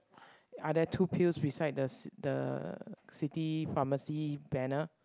are there two pills beside the c~ the city pharmacy banner